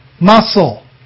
muscle